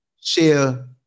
share